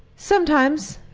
sometimes.